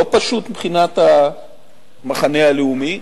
לא פשוט מבחינת המחנה הלאומי,